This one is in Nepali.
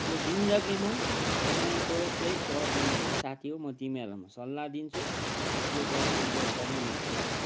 यो जिन्दगीमा एमआईको चाहिँ पावर ब्याङ्क चाहिँ साथी हो म तिमीहरूलाई म सल्लाह दिन्छु यो पावर ब्याङ्क चाहिँ एकदमै नकिन्नु यो